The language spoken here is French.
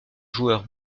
joueurs